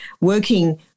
working